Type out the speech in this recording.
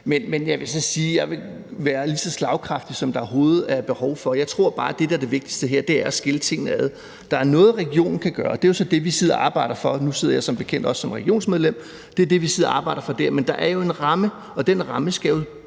at jeg vil være lige så slagkraftig, som der overhovedet er behov for. Jeg tror bare, at det, der er det vigtigste her, er at skille tingene ad. Der er noget, regionen kan gøre, og det er jo så det, vi sidder og arbejder for – og nu sidder jeg som bekendt også som regionsmedlem, og det er det, vi sidder og arbejder for der. Men der er jo en ramme, og den ramme skal jo